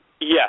Yes